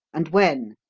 and when?